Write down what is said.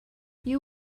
you